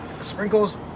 Sprinkles